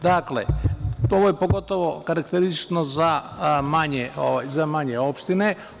To je pogotovo karakteristično za manje opštine.